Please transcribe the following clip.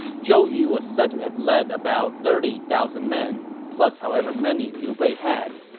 zhou yu was said to have led about thirty thousand men, plus however many liu bei had.